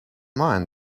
mind